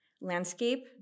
landscape